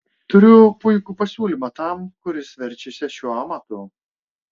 turiu puikų pasiūlymą tam kuris verčiasi šiuo amatu